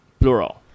plural